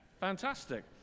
Fantastic